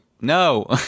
no